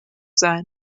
sein